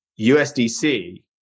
USDC